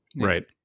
right